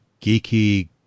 geeky